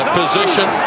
position